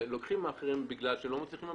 לוקחים מאכערים כי הם לא מצליחים להתמודד